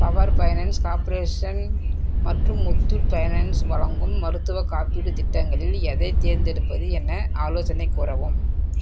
power finance corporation மற்றும் Muthoot finance வழங்கும் மருத்துவக் காப்பீடுத் திட்டங்களில் எதைத் தேர்ந்தெடுப்பது என ஆலோசனை கூறவும்